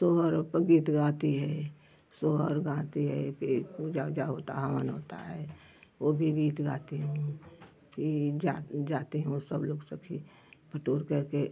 सोहर ओपे गीत गाती है सोहर गाती है फिर पूजा ओजा होता हवन होता है वो भी गीत गाती हूँ फिर जा जाती हूँ सब लोग सखी बटोरकर के